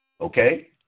Okay